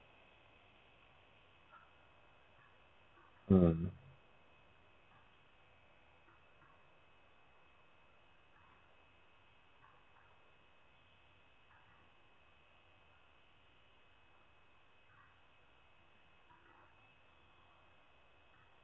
mm